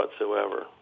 whatsoever